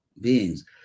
beings